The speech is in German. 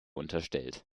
unterstellt